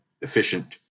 efficient